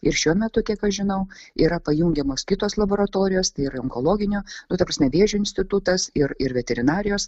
ir šiuo metu kiek aš žinau yra pajungiamos kitos laboratorijos tai yra onkologinio nu ta prasme vėžio institutas ir ir veterinarijos